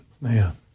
Man